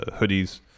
hoodies